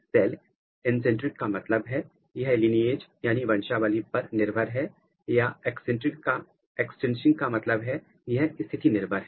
cell intrinsic का मतलब है यह लीनिएज वंशावली पर निर्भर है या एक्सट्रिंसिक का मतलब है यह स्थिति निर्भर है